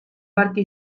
parte